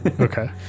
Okay